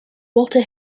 walter